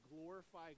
glorify